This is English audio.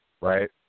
right